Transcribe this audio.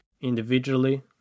individually